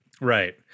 Right